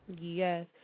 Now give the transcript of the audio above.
Yes